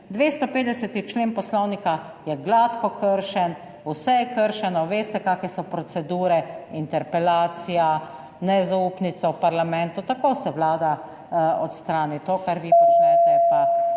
250. člen Poslovnika je gladko kršen, vse je kršeno, veste, kakšne so procedure, interpelacija, nezaupnica v parlamentu; tako se Vlada odstrani. To, kar vi počnete, je